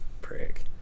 prick